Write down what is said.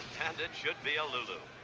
and it should be a lulu.